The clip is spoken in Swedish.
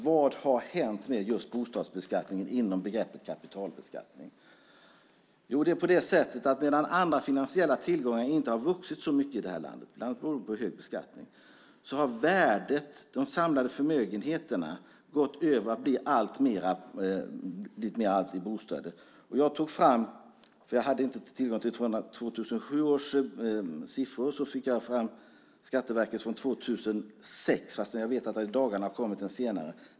Vad har hänt med bostadsbeskattningen inom begreppet kapitalbeskattning? Jo, det är på det sättet att medan andra finansiella tillgångar inte har vuxit så mycket i landet, bland annat beroende på hög beskattning, har värdet och de samlade förmögenheterna alltmer gått över till bostäderna. Jag hade inte tillgång till 2007 års siffror, så jag tog fram Skatteverkets siffror från 2006, fast jag vet att det i dagarna har kommit en senare utgåva.